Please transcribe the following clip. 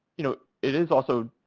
you know, it is also,